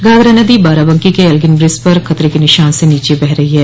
घाघरा नदी बाराबंकी के Elgin bridge पर खतरे के निशान से नीचे बह रही है